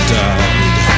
died